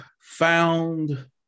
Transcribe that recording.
found